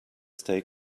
stay